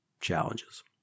challenges